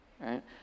right